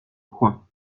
coin